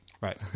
Right